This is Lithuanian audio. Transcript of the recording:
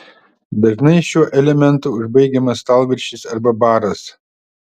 dažnai šiuo elementu užbaigiamas stalviršis arba baras